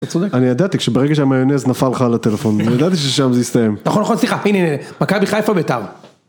אני ידעתי שברגע שהמיונז נפל לך על הטלפון, אני ידעתי ששם זה יסתיים. נכון נכון סליחה הנה הנה מכבי חיפה בית"ר